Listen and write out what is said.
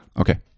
Okay